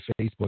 Facebook